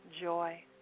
joy